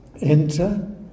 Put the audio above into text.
enter